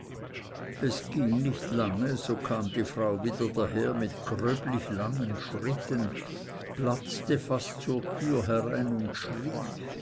es ging nicht lange so kam die frau wieder daher mit gröblich langen schritten platzte fast zur türe herein und schrie